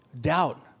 Doubt